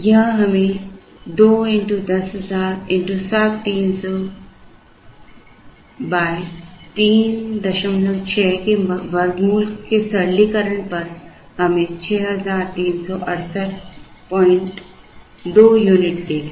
यह हमें 2 x 10000 x 7300 36 के वर्गमूल के सरलीकरण पर हमें 63682 यूनिट देगा